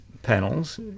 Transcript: panels